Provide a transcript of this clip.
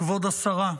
כבוד השרה,